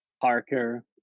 Parker